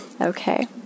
Okay